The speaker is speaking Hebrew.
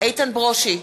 איתן ברושי,